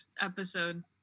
episode